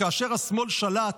"שכאשר השמאל שלט,